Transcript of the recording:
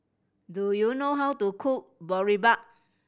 do you know how to cook Boribap